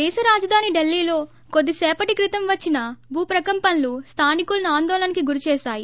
దేశ రాజధాని ఢిల్లీ లో కొద్దిసపటి క్రితం వచ్చిన భూ ప్రకంపనలు స్తానికులని ఆందోలనికి గురిచేశాయి